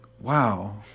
wow